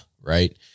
right